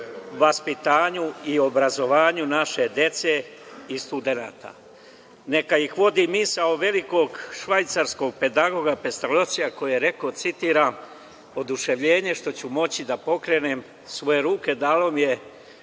vaspitanju i obrazovanju naše dece i studenata. Neka ih vodi misao velikog švajcarskog pedagoga Pestarlocija, koji je rekao, citiram: „Oduševljenje što ću moći da pokrenem svoje ruke dalo mi je